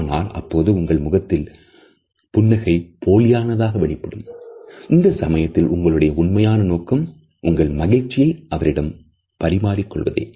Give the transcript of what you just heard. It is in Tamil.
ஆனால் அப்பொழுது உங்கள் முகத்தில் புன்னகை போலியான தான் வெளிப்படும் இந்த சமயத்தில் உங்களுடைய உண்மையான நோக்கம் உங்கள் மகிழ்ச்சியை அவரிடம் பரிமாறிக் கொள்வதே